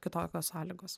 kitokios sąlygos